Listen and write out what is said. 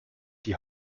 die